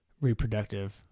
reproductive